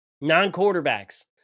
Non-quarterbacks